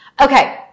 okay